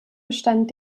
bestand